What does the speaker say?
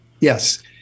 yes